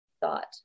thought